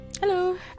Hello